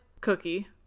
cookie